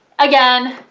again,